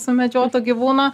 sumedžioto gyvūno